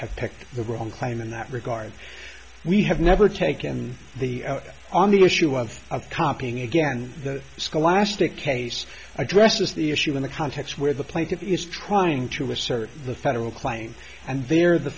have picked the wrong claim in that regard we have never taken the on the issue of copying again the scholastic case addresses the issue in the context where the plank is trying to assert the federal claim and there the